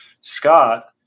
Scott